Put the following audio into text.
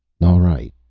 all right,